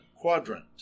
quadrant